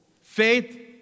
Faith